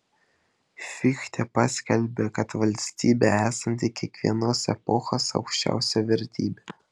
fichtė paskelbė kad valstybė esanti kiekvienos epochos aukščiausia vertybė